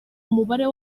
umubare